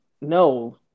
no